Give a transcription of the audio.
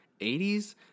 80s